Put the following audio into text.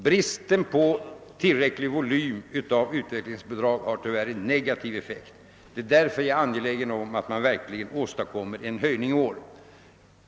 Bristen på tillräckliga medel för utvecklingsbidrag har alltså tyvärr en negativ effekt. Det är därför jag är angelägen om att anslaget höjes i år.